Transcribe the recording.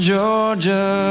Georgia